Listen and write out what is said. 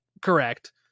correct